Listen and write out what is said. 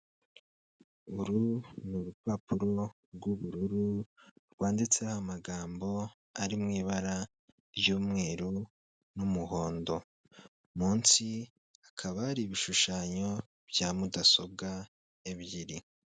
Uru ni urupapuro ry'ubururu rwanditseho amagambo ari mu ibara ry'umweru n'umuhondo, munsi hakaba hari ibishushanyo bya mudasobwa ebyiri.